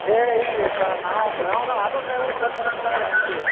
ಏ ಇಲ್ರಿಪಾ ನಾವು ಆಟೋ ಡ್ರೈವರ್ ಗೊತ್ತಿರಂಗಿಲ್ಲಂದರೆ ಹೆಂಗೆ ರೀ